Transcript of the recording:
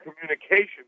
Communication